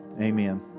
Amen